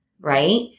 Right